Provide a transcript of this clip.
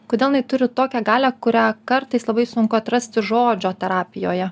kodėl jinai turi tokią galią kurią kartais labai sunku atrasti žodžio terapijoje